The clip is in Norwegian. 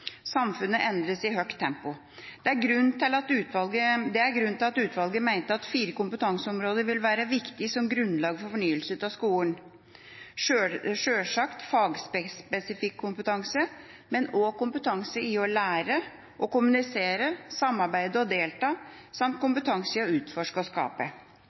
Samfunnet endres i høyt tempo. Det er grunnen til at utvalget mente at fire kompetanseområder ville være viktige som grunnlag for fornyelse av skolen: sjølsagt fagspesifikk kompetanse, men også kompetanse i å lære, kompetanse i å kommunisere, samarbeide og delta samt kompetanse i å utforske og skape.